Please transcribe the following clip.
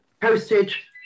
Postage